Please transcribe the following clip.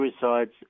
suicides